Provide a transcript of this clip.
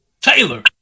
Taylor